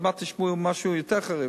עוד מעט תשמעו משהו יותר חריף,